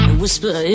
whisper